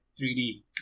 3D